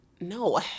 No